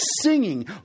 singing